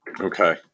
Okay